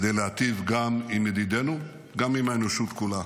כדי להיטיב גם עם ידידינו, וגם עם האנושות כולה.